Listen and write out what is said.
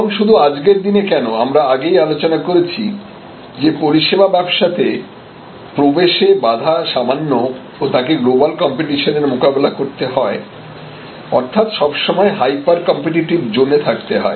এবং শুধু আজকের দিনে কেন আমরা আগেই আলোচনা করেছি যে পরিষেবা ব্যবসাতে প্রবেশে বাধা সামান্য ও তাকে গ্লোবাল কম্পিটিশনের মোকাবিলা করতে হয় অর্থাৎ সব সময় হাইপার কম্পিটিটিভ জোনে থাকতে হয়